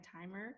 timer